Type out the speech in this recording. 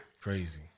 crazy